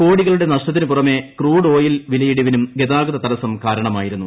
കോടികളുടെ നഷ്ടത്തിനു പുറമേ ക്രൂഡ് ഓയിൽ വിലയിടി വിനും ഗതാഗത തടസ്സം കാരണമായിരുന്നു